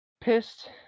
pissed